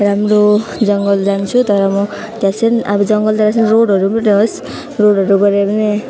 राम्रो जङ्गल जान्छु तर म त्यहाँ चाहिँ अब जङ्गलतिर जाँदा चाहिँ रोडहरू पनि होस् रोडहरू गऱ्यो भने